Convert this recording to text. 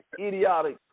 idiotic